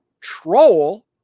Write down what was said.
troll